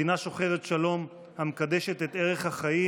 מדינה שוחרת שלום המקדשת את ערך החיים